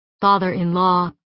father-in-law